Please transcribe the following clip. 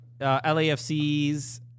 LAFC's